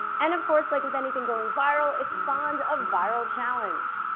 and of course like with anything going viral, it spawned a viral challenge.